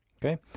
Okay